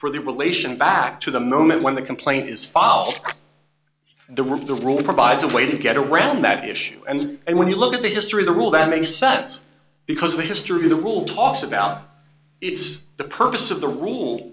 for the relation back to the moment when the complaint is filed the rule provides a way to get around that issue and when you look at the history the rule that makes sense because the history of the rule talks about it's the purpose of the rule